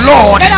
Lord